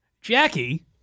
Jackie –